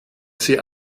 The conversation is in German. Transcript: sie